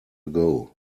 ago